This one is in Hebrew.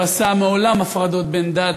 לא עשה מעולם הפרדות בין דת,